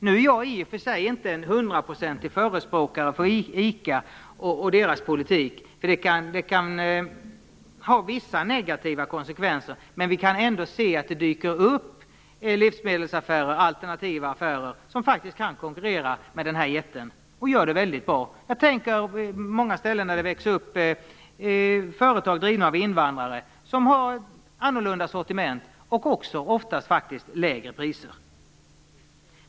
Nu är jag i och för sig inte en hundraprocentig förespråkare för ICA och dess politik. Den kan ha vissa negativa konsekvenser. Men vi kan ändå se att det dyker upp alternativa livsmedelsaffärer som faktiskt kan konkurrera med denna jätte och gör det väldigt bra. Jag tänker på de många ställen där det växer upp företag som drivs av invandrare och som har annorlunda sortiment och oftast också faktiskt lägre priser.